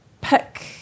pick